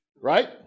Right